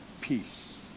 peace